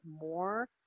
more